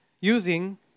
using